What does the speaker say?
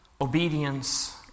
obedience